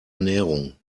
ernährung